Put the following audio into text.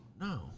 No